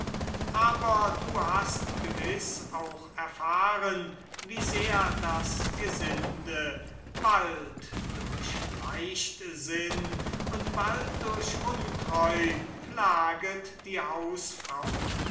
aber du hast gewiß auch erfahren wie sehr das gesinde bald durch leichtsinn und bald durch untreu plaget die hausfrau